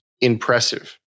impressive